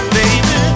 baby